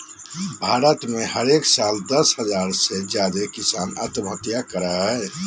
भारत में हरेक साल दस हज़ार से ज्यादे किसान आत्महत्या करय हय